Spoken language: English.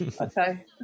Okay